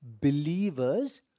Believers